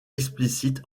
explicite